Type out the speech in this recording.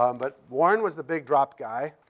um but warren was the big drop guy.